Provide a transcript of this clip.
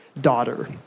daughter